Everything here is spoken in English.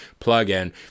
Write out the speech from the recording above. plugin